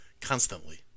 constantly